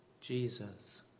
Jesus